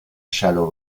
shallow